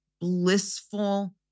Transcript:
blissful